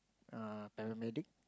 err paramedic